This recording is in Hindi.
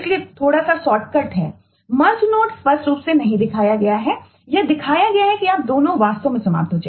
इसलिए थोड़ा सा शॉर्टकट प्राप्त हो